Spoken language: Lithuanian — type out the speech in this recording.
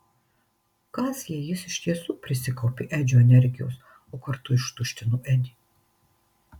kas jei jis iš tiesų prisikaupė edžio energijos o kartu ištuštino edį